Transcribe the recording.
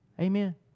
Amen